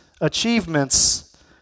achievements